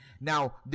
Now